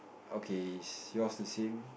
okay is yours the same